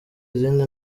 izindi